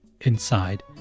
Inside